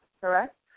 correct